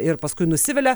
ir paskui nusivilia